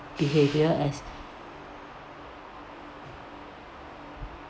behaviour as